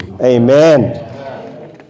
Amen